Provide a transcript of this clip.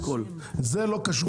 זה לא קשור כרגע.